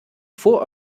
vor